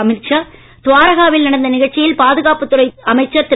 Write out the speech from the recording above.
Amit Shah Dwarka வில்நடந்தநிகழ்ச்சியில்பாதுகாப்புத்துறைஅமைச்சர்திரு